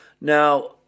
Now